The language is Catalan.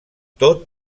tot